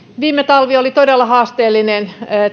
viime talvi oli todella haasteellinen